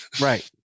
Right